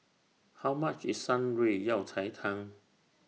How much IS Shan Rui Yao Cai Tang